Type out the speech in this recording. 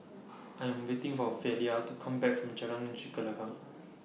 I Am waiting For Velia to Come Back from Jalan